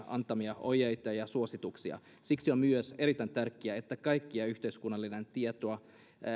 antamia ohjeita ja suosituksia siksi on myös erittäin tärkeää että kaikki yhteiskunnallinen tieto